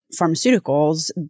pharmaceuticals